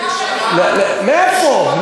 אדוני השר, חסכת מיליארד שקל לשנה, מאיפה?